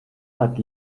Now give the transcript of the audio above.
hat